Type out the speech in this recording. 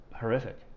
horrific